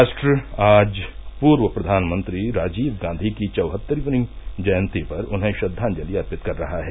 राष्ट्र आज पूर्व प्रधानमंत्री राजीव गांधी की चौहत्तरवीं जयन्ती पर उन्हें श्रद्वांजलि अर्पित कर रहा है